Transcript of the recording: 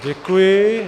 Děkuji.